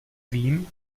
vím